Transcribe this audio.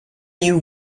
you